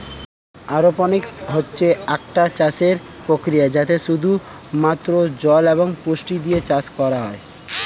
aeroponics হচ্ছে একটা চাষের প্রক্রিয়া যাতে শুধু মাত্র জল এবং পুষ্টি দিয়ে চাষ করা হয়